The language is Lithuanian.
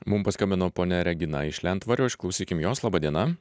mum paskambino ponia regina iš lentvario išklausykim jos laba diena